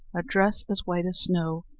a dress as white as snow,